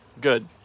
Good